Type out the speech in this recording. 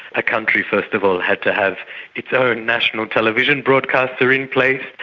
a country first of all had to have its own national television broadcaster in place,